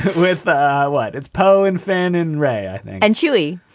with ah what? it's poe and finn and ray and julie.